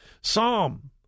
Psalm